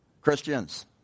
Christians